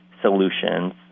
solutions